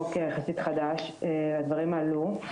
הוא חוק יחסית חדש, הדברים עלו.